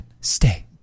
Stay